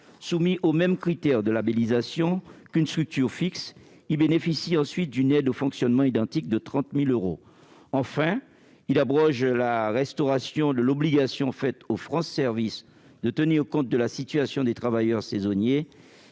Soumis aux mêmes critères de labellisation qu'une structure fixe, ils bénéficient ensuite d'une aide au fonctionnement identique de 30 000 euros. Enfin, l'amendement vise à abroger la restauration de l'obligation faite aux France Services de tenir compte de la situation des travailleurs saisonniers